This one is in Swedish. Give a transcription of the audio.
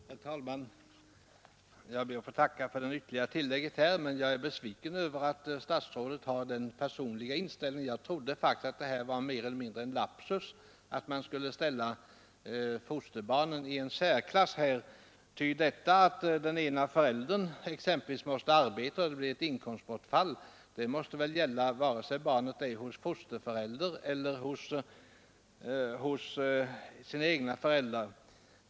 Herr talman! Jag ber att få tacka för dessa ytterligare tillägg. 11 Jag är besviken över statsrådets personliga inställning. Jag trodde faktiskt att det mer eller mindre var en lapsus att man ställt fosterbarnen i särklass. Att den ena föräldern måste avstå från förvärvsarbete och därigenom drabbas av ett inkomstbortfall måste väl gälla vare sig barnet är hos fosterföräldrar eller hos sina egna föräldrar.